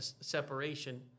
separation